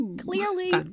Clearly